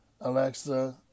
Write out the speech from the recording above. Alexa